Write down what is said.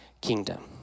kingdom